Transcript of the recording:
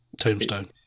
tombstone